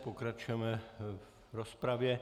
Pokračujeme v rozpravě.